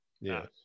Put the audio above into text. Yes